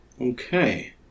Okay